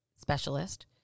specialist